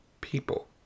people